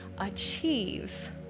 achieve